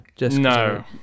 No